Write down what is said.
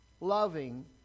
loving